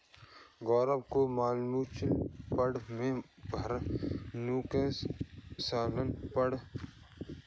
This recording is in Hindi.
गौरव को म्यूचुअल फंड में भारी नुकसान सहना पड़ा